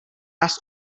nás